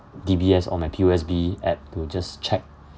D_B_S or my P_O_S_B app to just check